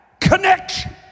connection